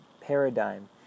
paradigm